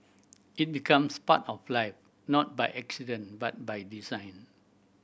it becomes part of life not by accident but by design